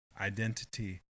identity